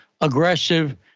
aggressive